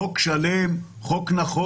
הוא פותח חשבון בבנק הדואר על שם העובד?